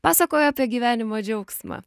pasakojo apie gyvenimo džiaugsmą